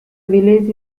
village